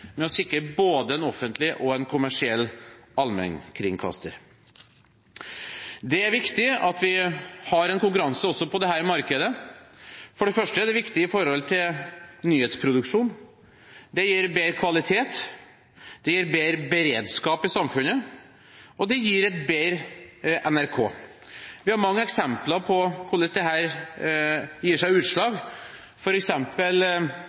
med å sikre både en offentlig og en kommersiell allmennkringkaster. Det er viktig at vi har konkurranse også i dette markedet. For det første er det viktig for nyhetsproduksjonen. Det gir bedre kvalitet. Det gir bedre beredskap i samfunnet. Og det gir et bedre NRK. Vi har mange eksempler på hvordan dette gir seg